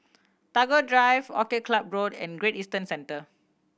Tagore Drive Orchid Club Road and Great Eastern Centre